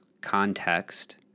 context